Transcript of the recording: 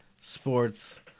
sports